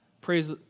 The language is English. praise